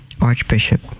Archbishop